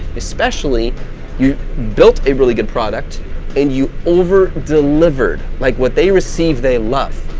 especially you built a really good product and you overdelivered like what they receive, they love,